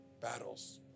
battles